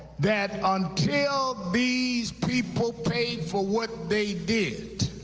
that until these people pay for what they did,